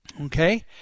Okay